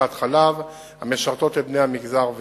טיפת-חלב המשרתות את בני המגזר ועוד.